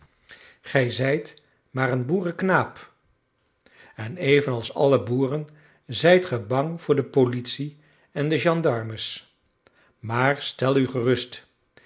gij zijt maar een boerenknaap en evenals alle boeren zijt ge bang voor de politie en de gendarmes maar stel u gerust